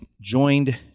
joined